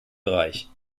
bereich